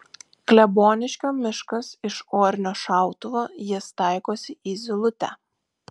kleboniškio miškas iš orinio šautuvo jis taikosi į zylutę